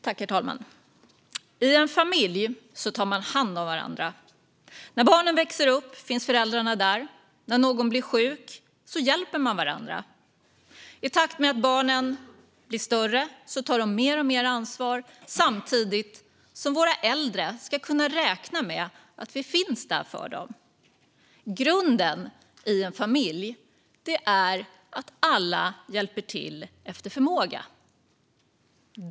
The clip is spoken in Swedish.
Herr talman! I en familj tar man hand om varandra. När barnen växer upp finns föräldrarna där. När någon blir sjuk hjälper man varandra. I takt med att barnen blir större tar de mer och mer ansvar samtidigt som våra äldre ska kunna räkna med att vi finns till hands för dem. Grunden i en familj är att alla hjälper till efter förmåga.